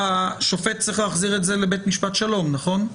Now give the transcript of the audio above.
השופט צריך להחזיר את זה לבית משפט שלום, נכון?